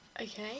Okay